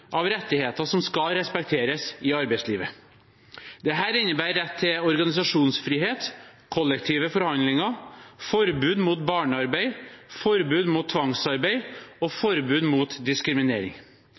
av rettigheter som skal respekteres i arbeidslivet. Dette innebærer rett til organisasjonsfrihet, kollektive forhandlinger, forbud mot barnearbeid, forbud mot tvangsarbeid og